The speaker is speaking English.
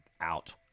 Out